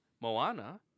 Moana